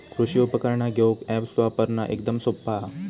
कृषि उपकरणा घेऊक अॅप्स वापरना एकदम सोप्पा हा